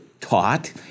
taught